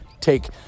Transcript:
take